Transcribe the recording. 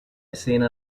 escena